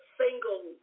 single